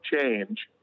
change